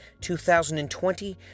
2020